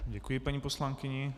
Děkuji paní poslankyni.